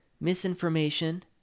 misinformation